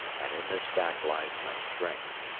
and in this fact lies my strength.